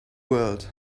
world